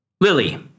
Lily